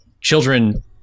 children